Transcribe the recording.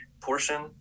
portion